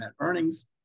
earnings